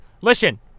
listen